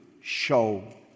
show